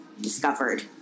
discovered